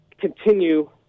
continue